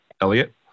Elliot